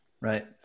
right